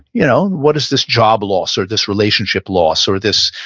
you know what is this job loss or this relationship loss or this,